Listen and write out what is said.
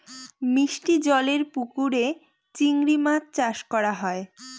মিষ্টি জলেরর পুকুরে চিংড়ি মাছ চাষ করা হয়